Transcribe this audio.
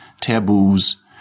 taboos